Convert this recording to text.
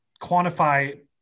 quantify